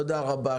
תודה רבה.